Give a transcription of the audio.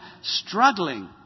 struggling